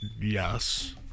Yes